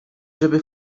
żeby